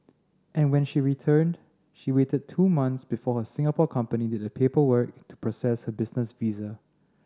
and when she returned she waited two months before her Singapore company did the paperwork to process her business visa